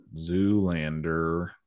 zoolander